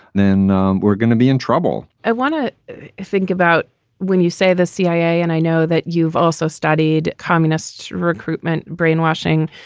then we're gonna be in trouble i want to think about when you say the cia and i know that you've also studied communists, recruitment, brainwashing.